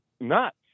nuts